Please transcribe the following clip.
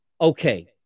Okay